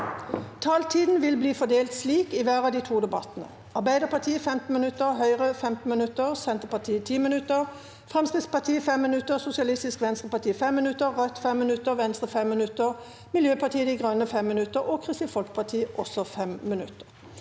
Taletiden vil bli fordelt slik i hver del av debatten: Arbeiderpartiet 15 minutter, Høyre 15 minutter, Senterpartiet 10 minutter, Fremskrittspartiet 5 minutter, Sosialistisk Venstreparti 5 minutter, Rødt 5 minutter, Venstre 5 minutter, Miljøpartiet De Grønne 5 minutter og Kristelig Folkeparti 5 minutter.